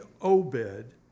Obed